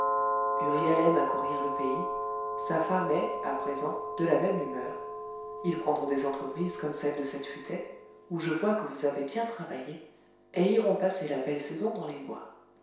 aime à courir le pays sa femme est à présent de la même humeur ils prendront des entreprises comme celle de cette futaie où je vois que vous avez bien travaillé et iront passer la belle saison dans les bois